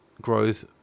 growth